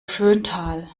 schöntal